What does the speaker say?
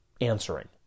answering